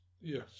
yes